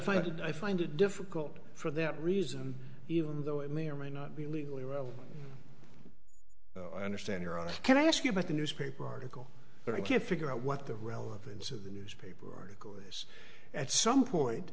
did i find it difficult for that reason even though it may or may not be legally well understand your honor can i ask you about the newspaper article but i can't figure out what the relevance of the newspaper article is at some point